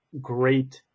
great